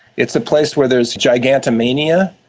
it's a place where there is gigantomania.